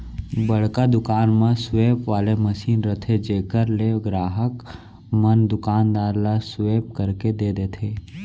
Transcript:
बड़का दुकान म स्वेप वाले मसीन रथे जेकर ले गराहक मन दुकानदार ल स्वेप करके दे देथे